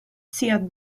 sia